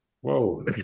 Whoa